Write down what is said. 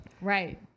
Right